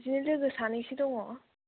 बिदिनो लोगो सानैसो दङ